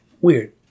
Weird